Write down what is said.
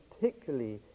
particularly